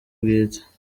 bwite